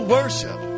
Worship